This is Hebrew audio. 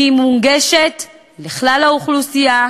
מיועדת לכלל האוכלוסייה